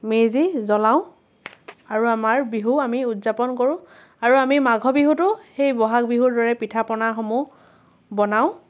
মেজি জ্বলাওঁ আৰু আমাৰ বিহু আমি উদযাপন কৰোঁ আৰু মাঘ বিহুতো সেই ব'হাগ বিহুৰ দৰেই পিঠাপনাসমূহ বনাওঁ